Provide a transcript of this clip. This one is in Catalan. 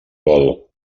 vol